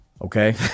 Okay